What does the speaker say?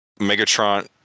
Megatron